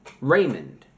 Raymond